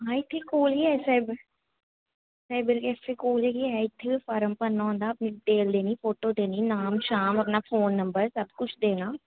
हां इत्थे कोल गै साइबर साइबर कैफे कोल गै इत्थे गै फार्म भरना होंदा अपनी डिटेल्स देनी फोटो देनी नाम शाम अपना फोन नंबर सब कुछ देना